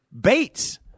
Bates